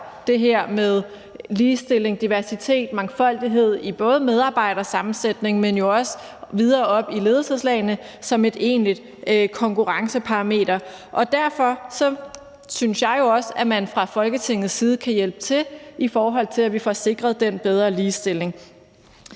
det her med ligestilling, diversitet og mangfoldighed både i medarbejdersammensætning, men jo også videre op i ledelseslagene, som et egentligt konkurrenceparameter. Derfor synes jeg jo også, at man fra Folketingets side kan hjælpe til, i forhold til at vi får sikret den bedre ligestilling.